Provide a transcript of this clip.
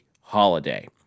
holiday